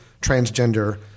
transgender